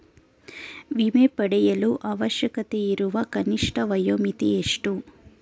ವಿಮೆ ಪಡೆಯಲು ಅವಶ್ಯಕತೆಯಿರುವ ಕನಿಷ್ಠ ವಯೋಮಿತಿ ಎಷ್ಟು?